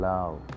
Love